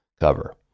cover